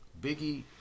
Biggie